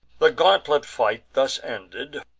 the gauntlet fight thus ended,